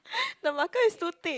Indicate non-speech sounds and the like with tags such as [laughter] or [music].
[laughs] the marker is too thick